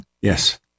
Yes